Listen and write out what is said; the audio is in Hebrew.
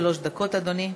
עד שלוש דקות, אדוני.